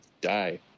die